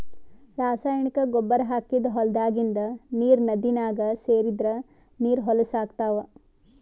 ರಾಸಾಯನಿಕ್ ಗೊಬ್ಬರ್ ಹಾಕಿದ್ದ್ ಹೊಲದಾಗಿಂದ್ ನೀರ್ ನದಿನಾಗ್ ಸೇರದ್ರ್ ನೀರ್ ಹೊಲಸ್ ಆಗ್ತಾವ್